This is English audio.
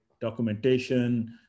documentation